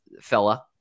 fella